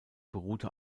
beruhte